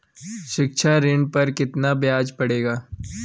शिक्षा ऋण पर कितना ब्याज पड़ेगा?